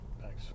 thanks